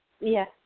Yes